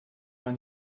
man